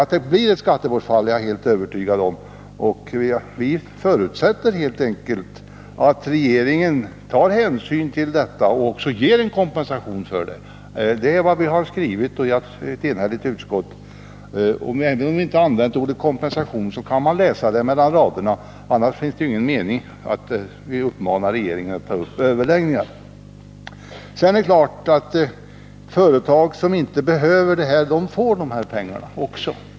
Att det blir ett skattebortfall är jag helt övertygad om, och vi förutsätter helt enkelt att regeringen tar hänsyn till detta och också ger kompensation för det. Det är vad ett enhälligt utskott skrivit. Även om vi inte använt ordet kompensation så kan man ändå läsa sig till det mellan raderna. Annars finns det ingen mening med att vi uppmanar regeringen att ta upp överläggningar. Sedan är det klart att företag som inte behöver sådana här avdragsmöjligheter också kommer att få pengar.